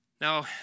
Now